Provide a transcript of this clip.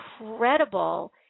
incredible